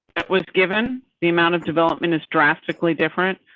was given the amount of development is drastically different,